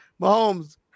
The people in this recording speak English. Mahomes